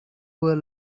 were